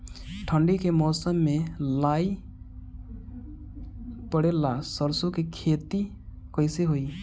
ठंडी के मौसम में लाई पड़े ला सरसो के खेती कइसे होई?